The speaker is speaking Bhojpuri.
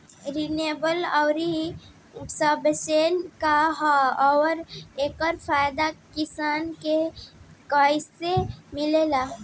रिन्यूएबल आउर सबवेन्शन का ह आउर एकर फायदा किसान के कइसे मिली?